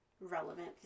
relevant